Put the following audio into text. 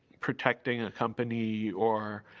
protecting a company or